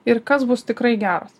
ir kas bus tikrai geras